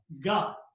God